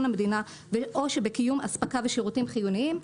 המדינה או שבקיום אספקה ושירותים חיוניים,